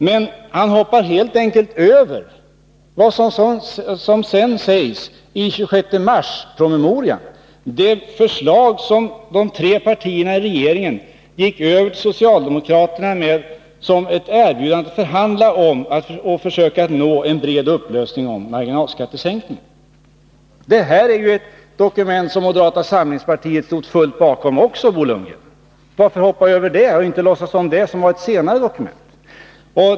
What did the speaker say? Men han hoppar helt enkelt över vad som sedan sägs i promemorian av den 27 mars, det förslag som de tre partierna i regeringen gick över till socialdemokraterna med och som innebar ett erbjudande att förhandla om och försöka nå en bred uppslutning kring marginalskattefrågan. Det är ett dokument som moderata samlingspartiet också stod helt bakom, Bo Lundgren. Varför hoppa över det och inte låtsas om detta, som var ett senare dokument?